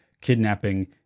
kidnapping